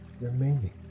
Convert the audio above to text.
remaining